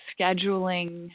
scheduling